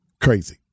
crazy